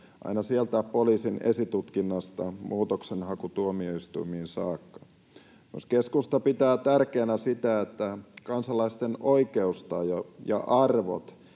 aina sieltä poliisin esitutkinnasta muutoksenhakutuomioistuimiin saakka. Myös keskusta pitää tärkeänä sitä, että kansalaisten oikeustaju ja arvot